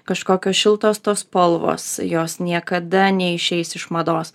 kažkokios šiltos tos spalvos jos niekada neišeis iš mados